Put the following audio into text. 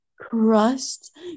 crust